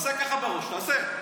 תעשה ככה, תעשה.